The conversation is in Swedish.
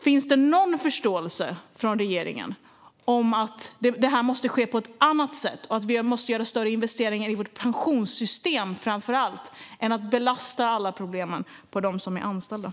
Finns det någon förståelse från regeringen att det måste ske på ett annat sätt och att vi måste göra större investeringar framför allt i vårt pensionssystem i stället för att belasta alla de anställda med problemen?